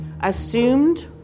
assumed